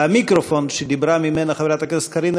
המיקרופון שדיברה ממנו חברת הכנסת קארין